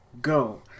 Go